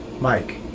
Mike